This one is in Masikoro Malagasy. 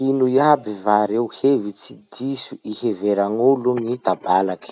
Ino iaby va reo hevitsy diso iheveragn'olo gny tabalaky?